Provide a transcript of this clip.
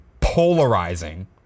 polarizing